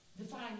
define